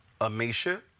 Amisha